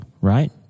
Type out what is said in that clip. right